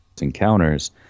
encounters